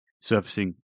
surfacing